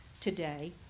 today